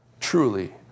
Truly